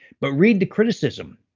but read the criticism.